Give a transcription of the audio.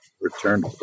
Return